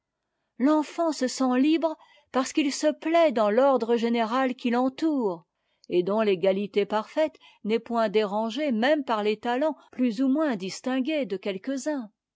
l'enfant se sent libre parce qu'il se plaît dans l'ordre général qui l'entoure et dont l'égalité parfaite n'est point dérangée même par les talents plus ou moins distingués de quelques-uns